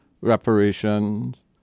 reparations